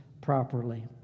properly